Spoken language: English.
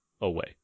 away